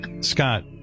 Scott